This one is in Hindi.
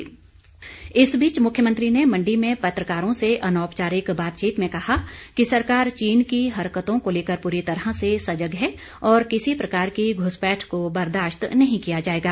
जयराम इस बीच मुख्यमंत्री ने मंडी में पत्रकारों से अनौपचारिक बातचीत में कहा कि सरकार चीन की हरकतों को लेकर पूरी तरह से सजग है और किसी प्रकार की घुसपैठ को बर्दाशत नहीं किया जाएगा